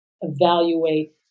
evaluate